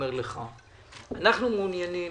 אנחנו מעוניינים